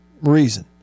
reason